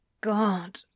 God